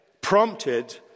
prompted